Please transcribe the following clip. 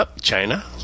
China